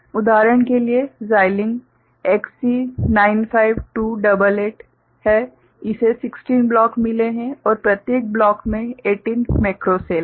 उदाहरण के लिए Xilinx XC95288 इसे 16 ब्लॉक मिले हैं और प्रत्येक ब्लॉक में 18 मैक्रो सेल हैं